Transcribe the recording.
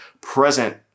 present